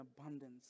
abundance